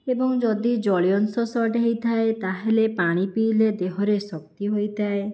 ଏବଂ ଯଦି ଜଳୀୟଅଂଶ ସର୍ଟ ହେଇଥାଏ ତା'ହେଲେ ପାଣି ପିଇଲେ ଦେହରେ ଶକ୍ତି ହୋଇଥାଏ